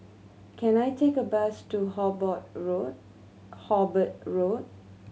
can I take a bus to Hobart Road